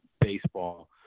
baseball